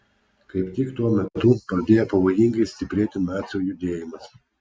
kaip tik tuo metu pradėjo pavojingai stiprėti nacių judėjimas